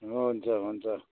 हुन्छ हुन्छ